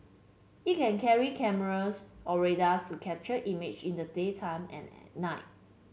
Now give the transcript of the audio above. it can carry cameras or radars to capture image in the daytime and at night